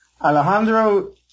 Alejandro